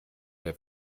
der